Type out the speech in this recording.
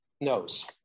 knows